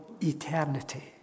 eternity